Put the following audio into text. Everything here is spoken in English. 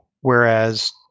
whereas